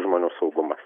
žmonių saugumas